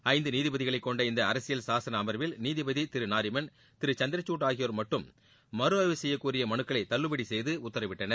ஐந்து நீதிபதிகளைக் கொண்ட இந்த அரசியல் சாசன அம்வில் நீதிபதி திரு நாரிமண் திரு சந்திரசூட் ஆகியோர் மட்டும் மறு ஆய்வு செய்யக்கோரிய மனுக்களை தள்ளுபடி செய்து உத்தரவிட்டனர்